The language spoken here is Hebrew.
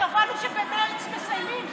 קבענו שבמרץ מסיימים,